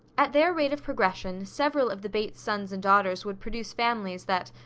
at their rate of progression several of the bates sons and daughters would produce families that,